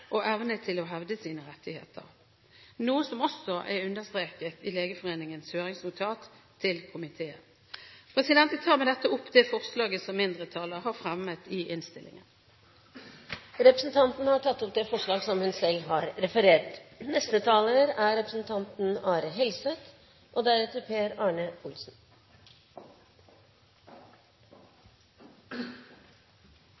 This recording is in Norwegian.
og evne til å hevde sine rettigheter – noe som også er understreket i Legeforeningens høringsnotat til komiteen. Jeg tar med dette opp det forslaget som mindretallet har fremmet i innstillingen. Representanten Laila Dåvøy har tatt opp det forslaget hun refererte til. Med utgangspunkt i pasientrettighetsloven får pasienter som